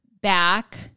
back